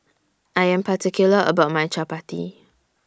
I Am particular about My Chappati